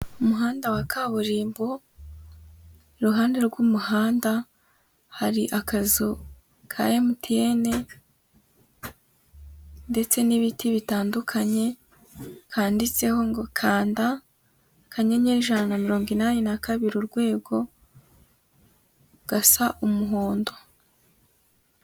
Umuhanda wa kaburimbo, iruhande rw'umuhanda, hari akazu ka MTN ndetse n'ibiti bitandukanye, kanditseho ngo kanda akanyenyeri ijana na mirongo inani na kabiri urwego, gasa umuhondo.